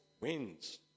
wins